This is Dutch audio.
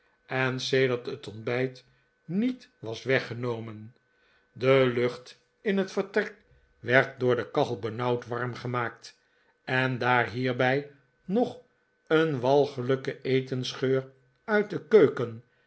en sedert het ontbijt niet was weggenomen de lucht in het vertrek werd door de kachel benauwd warm gemaakt en daar hierbij nog een walgelijke etensgeur uit de keuken